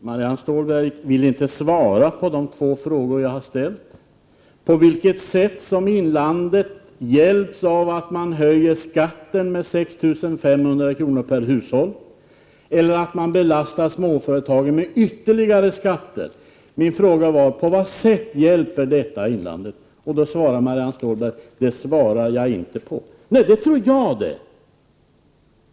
Herr talman! Marianne Stålberg ville inte svara på de två frågor som jag har ställt om på vilket sätt inlandet hjälps av att man höjer skatten med 6 500 kr. per hushåll eller av att man belastar småföretagen med ytterligare skatter. Jag frågade på vad sätt detta hjälper inlandet. Då säger Marianne Stålberg: Det svarar jag inte på. Det tror jag det.